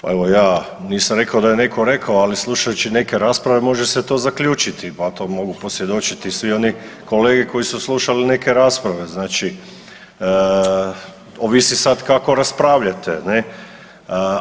Pa evo ja nisam rekao da je neko rekao, ali slušajući neke rasprave može se to zaključiti, a to mogu posvjedočiti svi oni kolege koji su slušali neke rasprave, znači ovisi sad kako raspravljate ne.